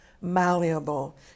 malleable